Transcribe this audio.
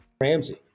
Ramsey